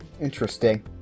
interesting